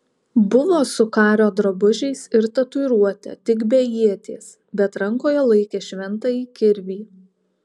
buvo su kario drabužiais ir tatuiruote tik be ieties bet rankoje laikė šventąjį kirvį